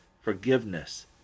Forgiveness